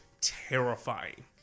terrifying